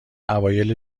اوایل